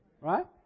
Right